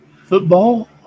Football